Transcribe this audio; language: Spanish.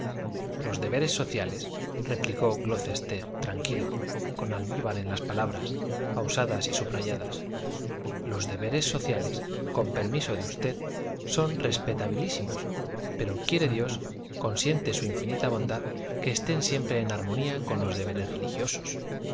los deberes sociales replicó glocester tranquilo con almíbar en las palabras pausadas y subrayadas los deberes sociales con permiso de usted son respetabilísimos pero quiere dios consiente su infinita bondad que estén siempre en armonía con los deberes religiosos